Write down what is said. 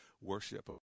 worship